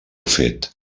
fet